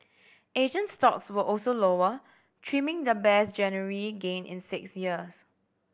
Asian stocks were also lower trimming the best January gain in six years